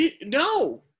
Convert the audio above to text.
No